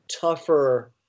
tougher